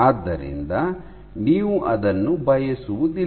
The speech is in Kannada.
ಆದ್ದರಿಂದ ನೀವು ಅದನ್ನು ಬಯಸುವುದಿಲ್ಲ